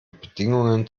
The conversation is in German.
bedingungen